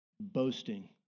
boasting